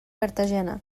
cartagena